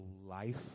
life